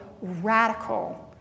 radical